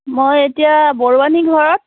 মই এতিয়া বৰুৱানী ঘৰত